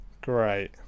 Great